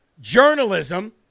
journalism